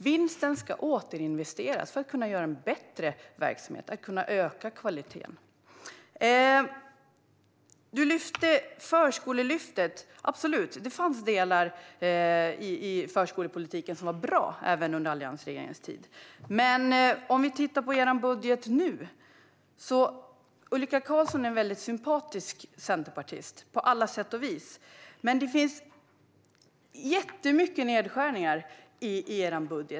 Vinsten ska återinvesteras för att kunna ge en bättre verksamhet och öka kvaliteten. Du nämnde Förskolelyftet, Ulrika Carlsson. Det fanns absolut delar i förskolepolitiken som var bra även under alliansregeringens tid. Du är en väldigt sympatisk centerpartist på alla sätt och vis, men i er nuvarande budget finns det jättemycket nedskärningar.